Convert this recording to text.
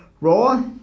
Raw